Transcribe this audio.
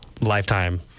lifetime